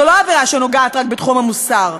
הוא לא עבירה שנוגעת רק בתחום המוסר.